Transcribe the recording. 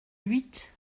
huit